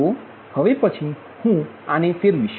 તો હવે પછી હું આને ફેરવીશ